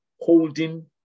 holding